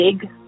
big